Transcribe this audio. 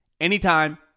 anytime